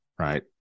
Right